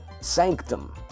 Sanctum